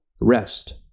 rest